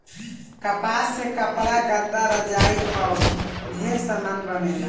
कपास से कपड़ा, गद्दा, रजाई आउर ढेरे समान बनेला